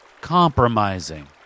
compromising